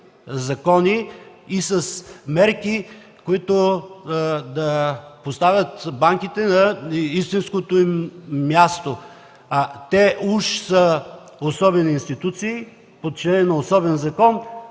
закони и мерки, които да поставят банките на истинското им място. А те уж са особени институции, подчинени на особен закон.